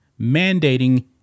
mandating